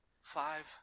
five